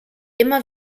immer